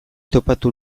topatu